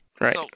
right